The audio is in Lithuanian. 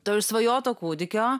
to išsvajoto kūdikio